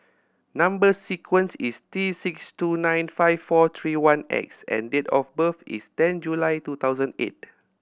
number sequence is T six two nine five four three one X and date of birth is ten July two thousand eight